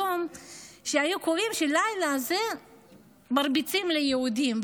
היו קובעים שבלילה הזה מרביצים ליהודים,